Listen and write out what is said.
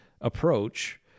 approach